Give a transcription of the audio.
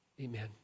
Amen